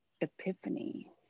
epiphany